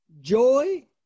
Joy